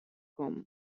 kommen